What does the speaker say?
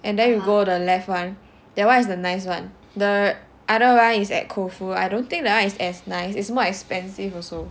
and then you go the left one that one is the nice one the other one is at Koufu I don't think that one is as nice it's more expensive also